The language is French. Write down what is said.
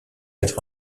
quatre